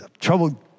trouble